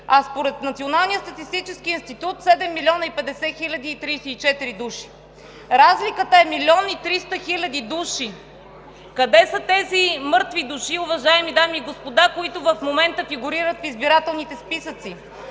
институт – 7 милиона 50 хиляди и 34 души. Разликата е 1 милион 300 хиляди души! Къде са тези мъртви души, уважаеми дами и господа, които в момента фигурират в избирателните списъци?